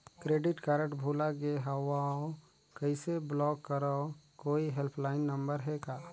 Credit card भुला गे हववं कइसे ब्लाक करव? कोई हेल्पलाइन नंबर हे का?